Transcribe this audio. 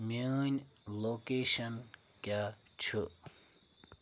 میٛٲنۍ لوکیشن کیٛاہ چھِ